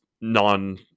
non